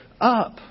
up